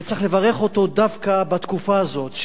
צריך לברך אותו דווקא בתקופה הזאת,